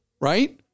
right